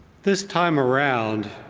this time around,